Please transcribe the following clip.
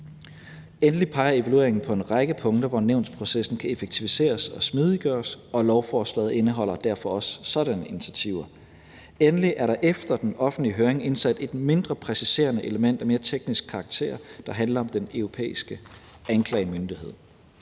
Endelig peger evalueringerne på en række punkter, hvor nævnsprocessen kan effektiviseres og smidiggøres. Lovforslaget indeholder derfor også sådanne initiativer. Endelig er der efter den offentlige høring indsat et mindre præciserende element af mere teknisk karakter, der handler om den europæiske anklagemyndighed.